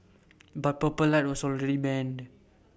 but purple light was already banned